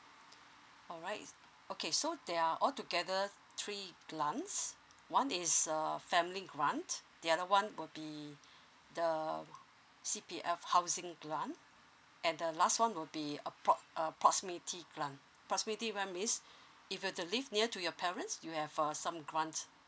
alright okay so they're all together three grants one is err family grant the other one will be the C_P_F housing grant and the last one will be a pro~ a proximity grant proximity grant means if you want to live near to your parents you have for some grant